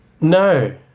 No